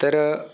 तर